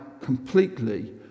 completely